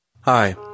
Hi